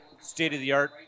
state-of-the-art